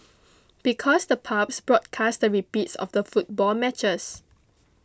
because the pubs broadcast the repeats of the football matches